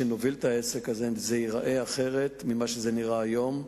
כשנוביל את העסק הזה זה ייראה אחרת ממה שזה נראה היום.